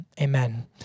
amen